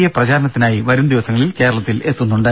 A പ്രചാരണത്തിനായി വരുംദിവസങ്ങളിൽ കേരളത്തിലെത്തുന്നുണ്ട്